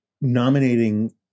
nominating